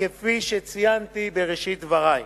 כפי שציינתי בראשית דברי.